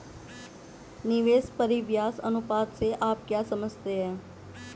निवेश परिव्यास अनुपात से आप क्या समझते हैं?